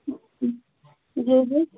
जी जी